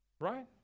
Right